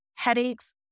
Headaches